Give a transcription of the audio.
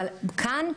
אבל כאן,